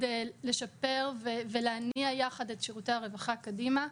לשפר ולהניע יחד את שירותי הרווחה קדימה.